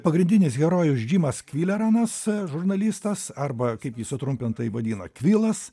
pagrindinis herojus džimas kvileranas žurnalistas arba kaip jį sutrumpintai vadina kvilas